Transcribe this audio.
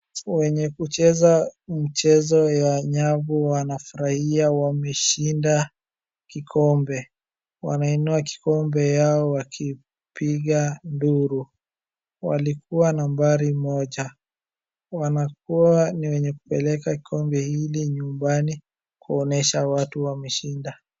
Wenye kucheza mchezo wa nyavu wanafurahia wameshinda kikombe. Wameinua kikombe yao wakipiga nduru. Walikuwa nambari moja. Wanakuwa ni wenye kupeleka kikombe hiki nyumbani, kuonyesha watu wameshinda.